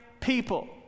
people